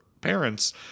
parents